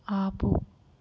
ఆపు